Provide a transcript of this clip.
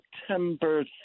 September